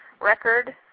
record